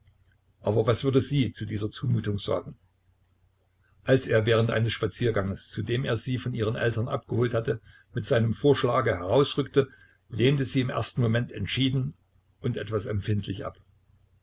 aber was würde sie zu dieser zumutung sagen als er während eines spazierganges zu dem er sie von ihren eltern abgeholt hatte mit seinem vorschlage herausrückte lehnte sie im ersten moment entschieden und etwas empfindlich ab